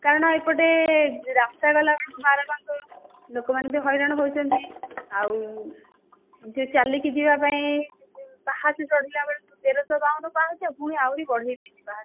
କାରଣ ଏପଟେ ରାସ୍ତାରେ ଗଲା ବେଳକୁ ବାରବାଙ୍କ ଲୋକମାନେ ବି ହଇରାଣ ହେଉଛନ୍ତି ଆଉ ଯେ ଚାଲିକି ଯିବା ପାଇଁ ପାହାଚ ଚଢ଼ିଲା ବେଳକୁ ତେରଶହ ବାବନ ପାହାଚ ପୁଣି ଆହୁରି ବଢ଼େଇ ଦେଇଛି ପାହାଚ